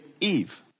Eve